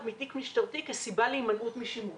מתיק משטרתי כסיבה להימנעות משימוש.